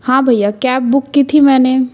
हाँ भैया cab book की थी मैंने